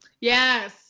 Yes